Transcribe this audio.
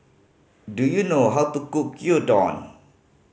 do you know how to cook Gyudon